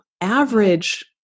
average